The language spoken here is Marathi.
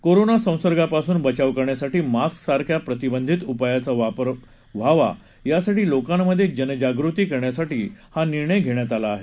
कोरोना संसंर्गापासून बचाव करण्यासाठी मास्क सारख्या प्रतिबंधित उपायाचा वापर व्हावा यासाठी लोकांमध्ये जनजागृती करण्यासाठी हा निर्णय घेण्यात आला आहे